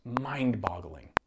mind-boggling